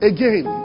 Again